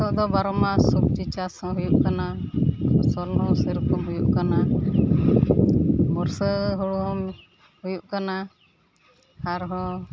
ᱱᱤᱛᱚᱜ ᱫᱚ ᱵᱟᱨᱚ ᱢᱟᱥ ᱥᱚᱵᱡᱤ ᱪᱟᱥ ᱦᱚᱸ ᱦᱩᱭᱩᱜ ᱠᱟᱱᱟ ᱯᱷᱚᱞᱦᱚᱸ ᱥᱮᱨᱚᱠᱚᱢ ᱦᱩᱭᱩᱜ ᱠᱟᱱᱟ ᱵᱩᱨᱥᱟᱹ ᱦᱳᱲᱳ ᱦᱚᱸ ᱦᱩᱭᱩᱜ ᱠᱟᱱᱟ ᱟᱨᱦᱚ